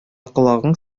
колагың